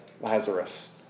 Lazarus